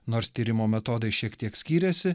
nors tyrimo metodai šiek tiek skyrėsi